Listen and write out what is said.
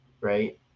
right